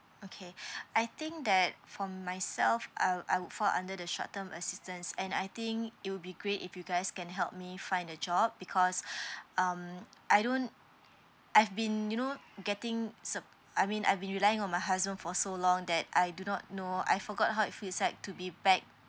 okay I think that for myself I I would fall under the short term assistance and I think it will be great if you guys can help me find a job because um I don't I've been you know getting su~ I mean I've been relying on my husband for so long that I do not know I forgot how it feels like to be back